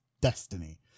destiny